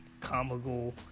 comical